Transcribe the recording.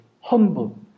humble